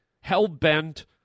hell-bent